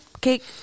cake